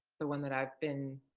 the one that i've been